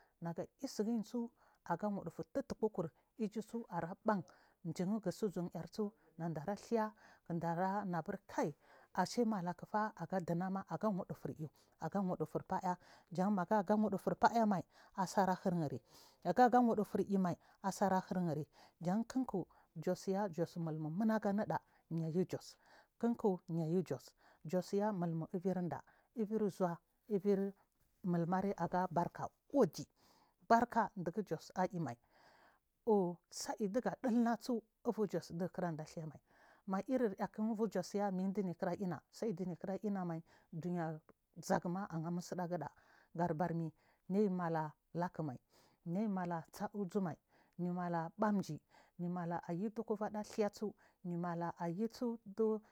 Naga iseguyi tsu aga wuchufu thatkull yu su ara ɓan jin gusu uz unsu kaivagars thing naɗana nabur kai nagifa aga chuwna aga widifiriny iyu aga wuchufur feya mai asar a hiriyi nagaga wudufu rimai asr a hirri, jan kikki jos ya mumu nunaguniɗa miyu jos kikki niyi jos jos ya mumu eilindaa evir zhua evit nul mari agabarka uclii baka clign jos ayimai sai vhuga chinasu evir jos sudai kira ɗazumma mairriya kuya evir jos ya midiyi kira ina saidiyi kira ina saidiyi kirs inamai chuniya zagu ma aga mustsiɗagu nu ɗa kadabar yumala lakumai nimalestatu uzumai mala ɓamji mala ayudu kuvada dhasu.